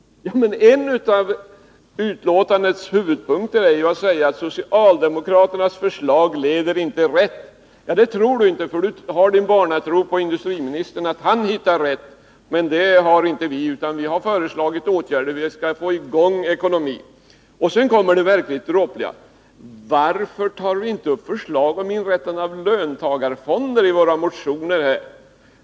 En av betänkandets huvudpunkter går ut på att socialdemokraternas förslag inte leder rätt. Det tror inte Johan Olsson att det gör, för han har sin barnatro att industrimi nistern hittar rätt. Men det har inte vi. Vi har föreslagit åtgärder för att få i gång ekonomin. Sedan kommer det verkligt dråpliga: Varför tar ni inte upp förslaget om inrättande av löntagarfonder i era motioner?